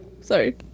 sorry